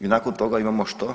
I nakon toga imamo što?